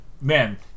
man